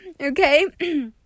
Okay